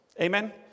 Amen